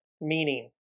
meaning